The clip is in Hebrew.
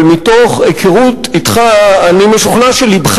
אבל מתוך היכרות אתך אני משוכנע שלבך